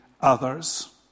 others